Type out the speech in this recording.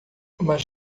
mas